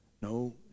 No